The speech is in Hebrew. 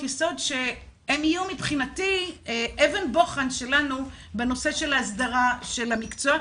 יסוד שיהיו מבחינתי אבן בוחן שלנו בנושא של ההסדרה של המקצוע,